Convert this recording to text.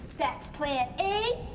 that's plan a,